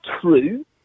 true